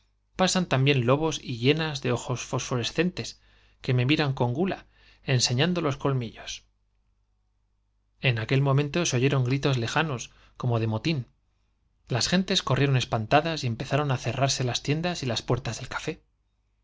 pasan también lobos y hienas por mi lado enseñando fosforescentes que me miran con gula los colmillos en aquel momento se oyeron gritos lejanos como de motín las gentes corrieron espantadas y empezaron á cerrarse las tiendas y las puertas del café